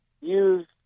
use